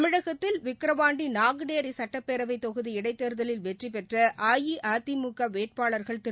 தமிழகத்தில் விக்ரவாண்டி நாங்குநேரி சுட்டப்பேரவை தொகுதி இடைத்தேர்தலில் வெற்றி பெற்ற அஇஅதிமுக வேட்பாளர்கள் திரு